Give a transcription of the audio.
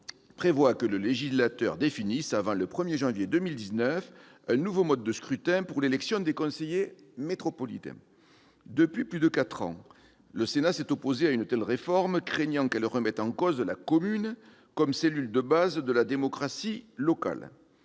MAPTAM, prévoit que le législateur définisse, avant le 1 janvier 2019, un nouveau mode de scrutin pour l'élection des conseillers métropolitains. Depuis plus de quatre ans, le Sénat s'est opposé à une telle réforme, craignant qu'elle ne remette en cause la commune en tant que cellule de base de la démocratie locale.